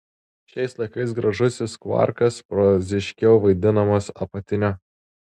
šiais laikais gražusis kvarkas proziškiau vadinamas apatiniu